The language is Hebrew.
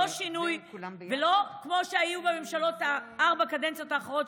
לא כמו שהיה בארבע הקדנציות האחרונות,